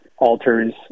alters